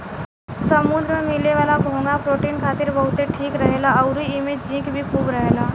समुंद्र में मिले वाला घोंघा प्रोटीन खातिर बहुते ठीक रहेला अउरी एइमे जिंक भी खूब रहेला